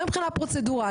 גם מבחינה פרוצדורלית,